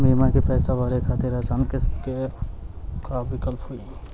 बीमा के पैसा भरे खातिर आसान किस्त के का विकल्प हुई?